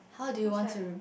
what's that